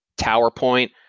TowerPoint